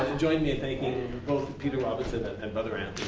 join me in thanking both peter robinson and brother and